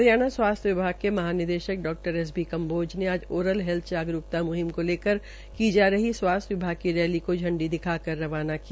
हरियाणा स्वास्थ्य विभाग के महानिदेशक डा एस बी कम्बोज ने ओरल हैल्थ जागरूकता मुहिम को लेकर की जा रही स्वास्थ्य विभाग की रैली को झंडी दिखाकर रवाना किया